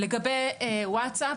לגבי הוואטסאפ,